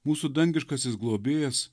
mūsų dangiškasis globėjas